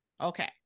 Okay